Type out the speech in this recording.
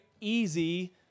easy